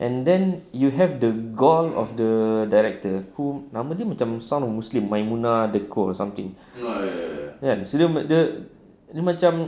and then you have the goal of the director nama dia macam sounds a muslim maimunah the cold or something dia dia dia macam